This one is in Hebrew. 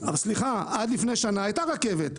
סליחה, עד לפני שנה הייתה רכבת.